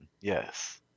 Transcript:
Yes